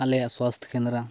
ᱟᱞᱮᱭᱟᱜ ᱥᱟᱥᱛᱷᱚ ᱠᱮᱱᱫᱨᱚ